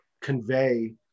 convey